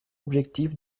objectif